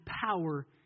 power